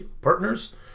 partners